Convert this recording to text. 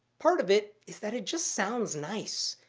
part of it is that it just sounds nice.